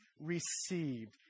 received